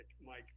Mike